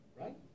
Right